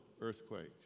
earthquake